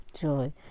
joy